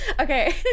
Okay